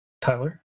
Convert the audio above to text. Tyler